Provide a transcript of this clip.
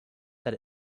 that